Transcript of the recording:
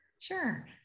Sure